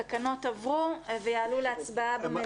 התקנות עברו ויעלו להצבעה במליאה.